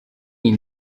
iyi